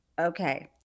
Okay